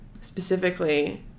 specifically